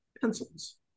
Pencils